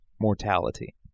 mortality